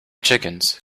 chickens